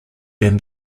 than